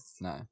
No